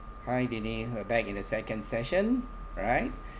hi danny we're back in the second session right